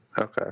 Okay